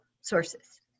sources